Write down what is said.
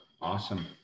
awesome